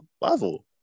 level